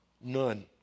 none